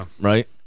right